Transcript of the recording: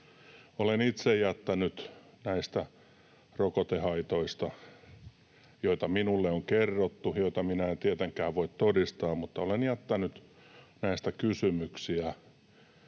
Olen itse jättänyt näistä rokotehaitoista, joista minulle on kerrottu ja joita minä en tietenkään voi todistaa, kysymyksiä